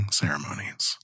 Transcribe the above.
ceremonies